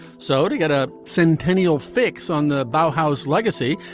so to get a centennial fix on the bolthouse legacy,